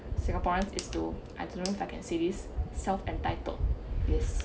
singaporeans is too I don't know if I can say this self-entitled is